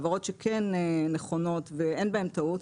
העברות שהן כן נכונות ואין בהן טעות.